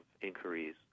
inquiries